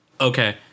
okay